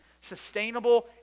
sustainable